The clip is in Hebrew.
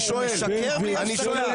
הוא משקר בלי הפסקה.